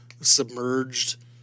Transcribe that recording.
submerged